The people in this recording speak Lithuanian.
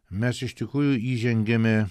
mes iš tikrųjų įžengiame